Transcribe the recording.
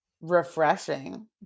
refreshing